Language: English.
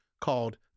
called